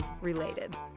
related